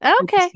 Okay